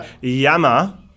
Yama